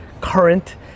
current